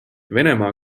venemaa